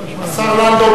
השר לנדאו,